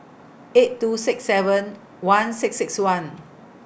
eight two six seven one six six one